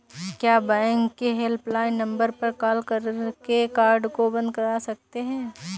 क्या बैंक के helpline number पर कॉल करके कार्ड को बंद करा सकते हैं?